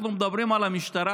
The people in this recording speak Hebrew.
אנחנו מדברים על המשטרה,